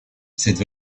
cette